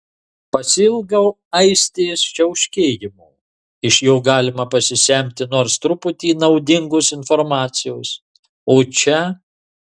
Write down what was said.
pasiilgau aistės čiauškėjimo iš jo galima pasisemti nors truputį naudingos informacijos o čia